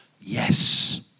yes